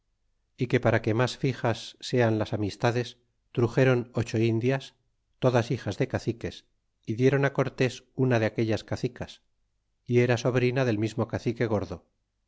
y que para que mas fixas sean las amistades truxéron ocho indias todas hijas de caciques y dieron a cortés una de aquellas cacicas y era sobrina del mismo cacique gordo